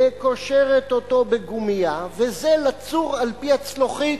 קושרת אותו בגומייה, וזה לצור על פי צלוחית.